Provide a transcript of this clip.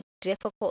difficult